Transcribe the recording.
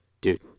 Dude